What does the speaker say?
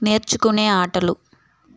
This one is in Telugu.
నేర్చుకునే ఆటలు